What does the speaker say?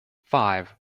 five